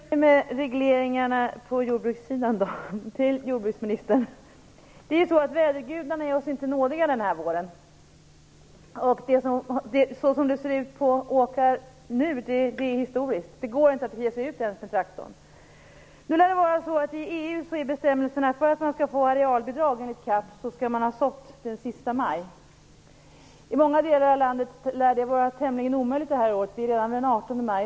Herr talman! Då fortsätter vi med regleringarna på jordbrukssidan. Jag vill alltså ställa en fråga till jordbruksministern. Den här våren är ju inte vädergudarna oss nådiga. Såsom det ser ut på åkrarna nu går det inte ens att ge sig ut med traktorn. Det är historiskt. Det lär vara så att man för att få arealbidrag enligt EU:s bestämmelser i CAP skall ha sått den sista maj. I många delar av vårt land lär det vara tämligen omöjligt i år - det är redan den 18 maj.